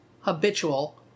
habitual